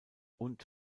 und